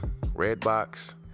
Redbox